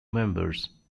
members